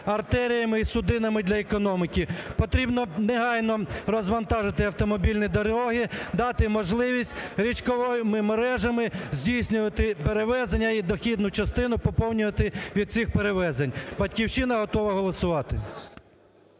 артеріями і судинами для економіки. Потрібно негайно розвантажити автомобільні дороги, дати можливість річковими мережами здійснювати перевезення і дохідну частину поповнювати від цих перевезень. "Батьківщина" готова голосувати.